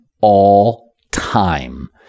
all-time